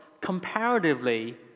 comparatively